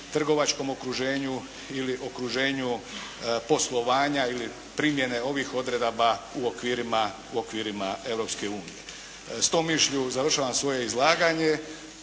trgovačkom okruženju ili okruženju poslovanja ili primjene ovih odredaba u okvirima Europske unije. S tom mišlju završavam svoje izlaganje